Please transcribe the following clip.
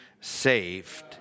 saved